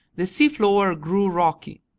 the seafloor grew rocky.